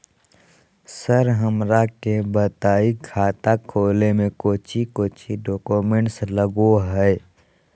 Sir हमरा के बताएं खाता खोले में कोच्चि कोच्चि डॉक्यूमेंट लगो है?